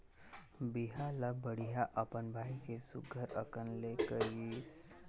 बिहा ल बड़िहा अपन भाई के सुग्घर अकन ले करिसे